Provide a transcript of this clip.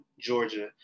Georgia